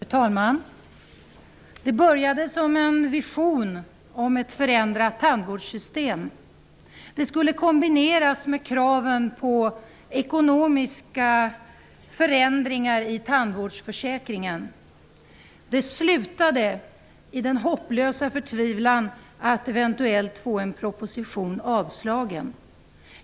Fru talman! Det började som en vision om ett förändrat tandvårdssystem. Det skulle kombineras med kraven på ekonomiska förändringar i tandvårdsförsäkringen. Det slutade i den hopplösa förtvivlan att eventuellt få en proposition avslagen.